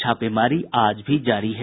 छापेमारी आज भी जारी है